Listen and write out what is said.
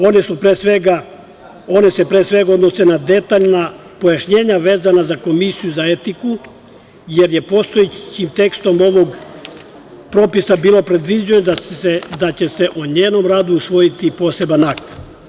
One se pre svega odnose na detaljna pojašnjenja vezana za Komisiju za etiku, jer je postojećim tekstom ovog propisa bilo predviđeno da će se o njenom radu usvojiti poseban akt.